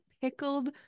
pickled